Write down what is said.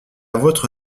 vôtre